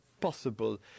possible